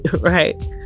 Right